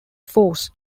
force